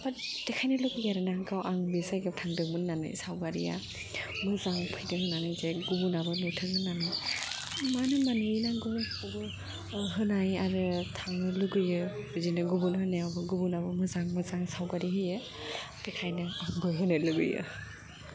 बाट देखायनो लुगैयो आरो ना गाव आं बे जायगायाव थांदोंमोन होननानै सावगारिआ मोजां फैदों होननानै जे गुबुनाबो नुथों होननानै आं मानो होनोबा नुयैनांगौ मानसिखौबो होनाय आरो थांनो लुगैयो बिदिनो गुबुन होननायाबो गुबुनाबो मोजां मोजां सावगारि होयो बेखायनो आंबो होनो लुगैयो